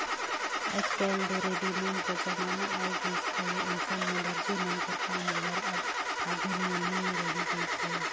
आएज काएल दो रेडीमेड कर जमाना आए गइस अहे अइसन में दरजी मन कर काम हर अब आघु नियर नी रहि गइस अहे